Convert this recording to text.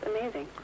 amazing